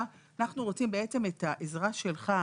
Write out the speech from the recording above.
ומה שאנחנו רוצים לבקש היום בעצם זה את העזרה שלך,